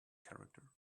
character